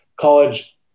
college